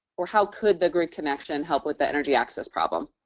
or how could the grid connection help with the energy access problem?